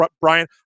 Brian